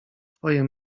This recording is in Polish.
twoje